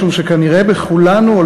משום שכנראה בכולנו,